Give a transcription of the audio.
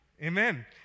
Amen